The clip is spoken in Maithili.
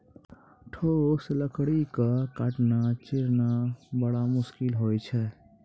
ठोस लकड़ी क काटना, चीरना बड़ा मुसकिल होय छै